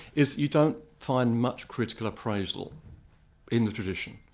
is you don't find much critical appraisal in the tradition.